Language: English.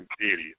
idiot